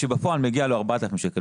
כאשר בפועל מגיעים לו בערך 4,000 שקלים